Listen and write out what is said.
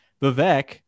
Vivek